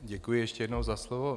Děkuji ještě jednou za slovo.